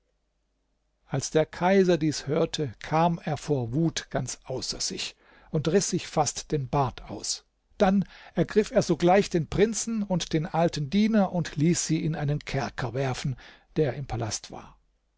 als der kaiser dies hörte kam er vor wut ganz außer sich und riß sich fast den bart aus dann ergriff er sogleich den prinzen und den alten diener und ließ sie in einen kerker werfen der im palast war